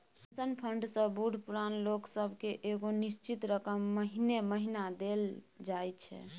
pension fund सँ बूढ़ पुरान लोक सब केँ एगो निश्चित रकम महीने महीना देल जाइ छै